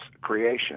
creation